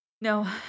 No